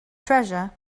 treasure